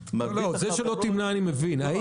אני מבין שלא תמנע ממנה,